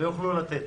ויוכלו לתת.